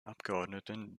abgeordneten